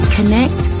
Connect